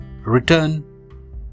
Return